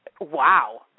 wow